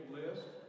list